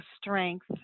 strength